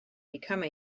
become